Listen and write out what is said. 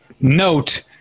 Note